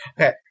Okay